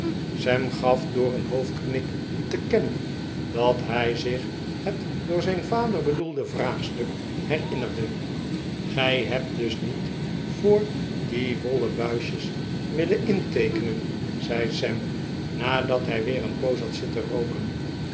sam gaf door een hoofdknik te kennen dat hij zich het door zijn vader bedoelde vraagstuk herinnerde gij hebt dus niet voor die wollen buisjes willen inteekenen zei sam nadat hij weer een poos had zitten rooken